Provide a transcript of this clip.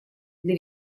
для